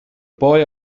boy